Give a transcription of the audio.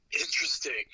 Interesting